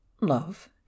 Love